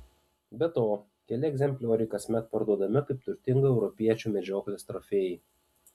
be to keli egzemplioriai kasmet parduodami kaip turtingų europiečių medžioklės trofėjai